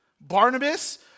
Barnabas